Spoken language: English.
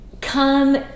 come